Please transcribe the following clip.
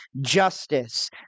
justice